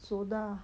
soda